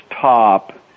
top